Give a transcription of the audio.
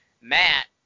Matt